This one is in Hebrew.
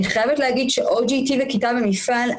אני חייבת להגיד ש-OGT וכיתה במפעל,